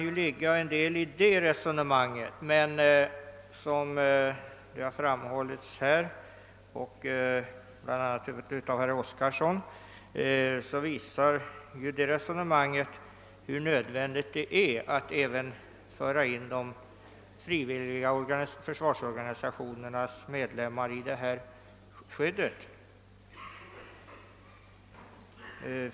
Det kan ligga en del i detta resonemang men det visar också, såsom framhållits av bland andra herr Oskarson, hur nödvändigt det är att även föra in de frivilliga försvarsorganisationernas medlemmar under detta olycksfallsskydd.